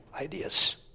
ideas